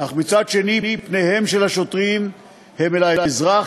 אך מצד שני, פניהם של השוטרים הם אל האזרח,